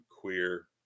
queer